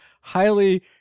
highly